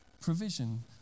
provision